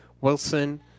Wilson